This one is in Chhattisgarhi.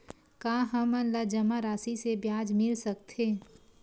का हमन ला जमा राशि से ब्याज मिल सकथे?